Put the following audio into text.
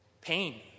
pain